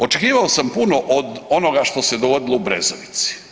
Očekivao sam puno od onoga što se dogodilo u Brezovici.